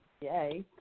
yay